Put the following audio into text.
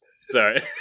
Sorry